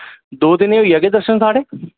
दो दिन च होई जाह्गे दर्शन साढ़े